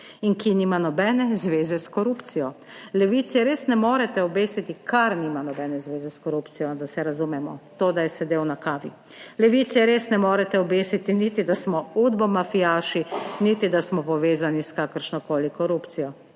in ki nima nobene zveze s korupcijo. Levici res ne morete obesiti, ker nima nobene zveze s korupcijo. Da se razumemo: to, da je sedel na kavi, Levici res ne morete obesiti, niti da smo udbomafijaši, niti da smo povezani s kakršnokoli korupcijo.